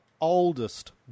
oldest